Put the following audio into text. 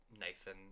Nathan